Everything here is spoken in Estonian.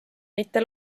mitte